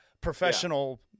professional